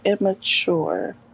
immature